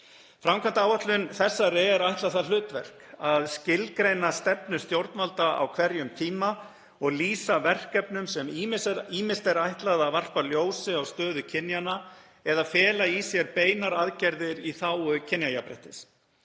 Framkvæmdaáætlun þessari er ætlað það hlutverk að skilgreina stefnu stjórnvalda á hverjum tíma og lýsa verkefnum sem ýmist er ætlað að varpa ljósi á stöðu kynjanna eða fela í sér beinar aðgerðir í þágu kynjajafnréttis.